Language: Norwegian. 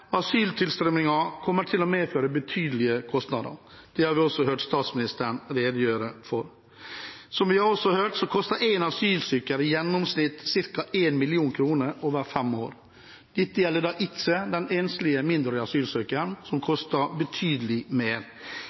kommer til å medføre betydelige kostnader. Det har vi også hørt statsministeren redegjøre for. Som vi også har hørt, koster én asylsøker i gjennomsnitt ca. 1 mill. kr over fem år. Dette gjelder ikke den enslige mindreårige asylsøkeren, som koster betydelig mer.